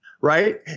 right